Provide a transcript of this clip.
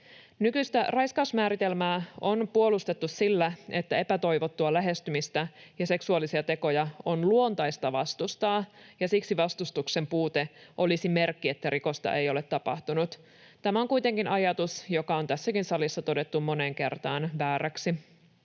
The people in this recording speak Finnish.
Nykyistä raiskausmääritelmää on puolustettu sillä, että epätoivottua lähestymistä ja seksuaalisia tekoja on luontaista vastustaa ja siksi vastustuksen puute olisi merkki, että rikosta ei ole tapahtunut. Tämä on kuitenkin ajatus, joka on tässäkin salissa todettu moneen kertaan vääräksi.